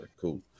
cool